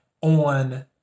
on